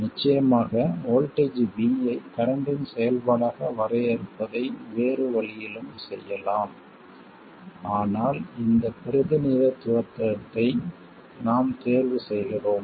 நிச்சயமாக voltage V ஐ கரண்ட்டின் செயல்பாடாக வரையறுப்பதை வேறு வழியிலும் செய்யலாம் ஆனால் இந்த பிரதிநிதித்துவத்தை நாம் தேர்வு செய்கிறோம்